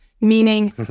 meaning